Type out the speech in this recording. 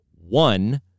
one